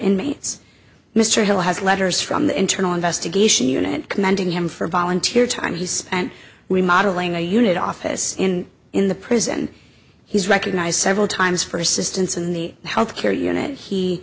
inmates mr hill has letters from the internal investigation unit commending him for volunteer time he spent remodelling a unit office and in the prison he's recognized several times for assistance in the health care unit he